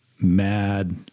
mad